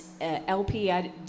LP